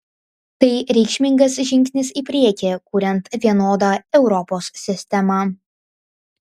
tai reikšmingas žingsnis į priekį kuriant vienodą europos sistemą